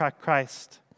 Christ